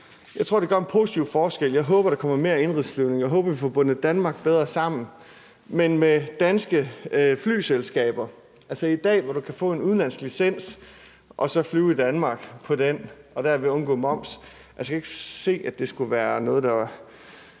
Jeg tror, det gør en positiv forskel. Jeg håber, der kommer mere indenrigsflyvning, og jeg håber, vi får bundet Danmark bedre sammen, men at det sker med danske flyselskaber. I forhold til at du i dag kan få en udenlandsk licens og så flyve i Danmark på den og derved undgå moms, vil jeg sige, at jeg endnu ikke er stødt